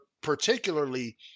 particularly